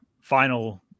final